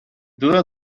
duda